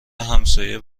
همسایه